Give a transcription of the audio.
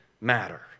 matter